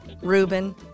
Reuben